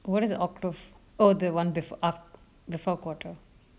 what does the octo fin~ oh the one bef~ af~ before quarter